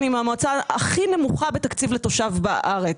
אני מהמועצה הכי נמוכה בתקציב לתושב בארץ,